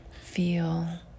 feel